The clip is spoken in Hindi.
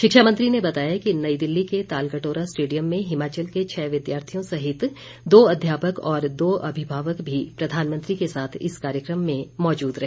शिक्षा मंत्री ने बताया कि नई दिल्ली के तालकटोरा स्टेडियम में हिमाचल के छः विद्यार्थियों सहित दो अध्यापक और दो अभिभावक भी प्रधानमंत्री के साथ इस कार्यक्रम में मौजूद रहे